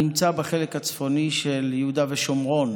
הנמצא בחלק הצפוני של יהודה ושומרון,